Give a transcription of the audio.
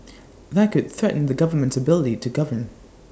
that could threaten the government's ability to govern